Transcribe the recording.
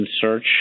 search